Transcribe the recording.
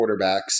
quarterbacks